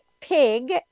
pig